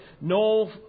no